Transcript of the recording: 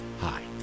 Hi